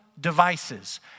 devices